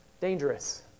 dangerous